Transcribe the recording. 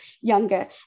younger